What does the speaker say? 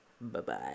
Bye-bye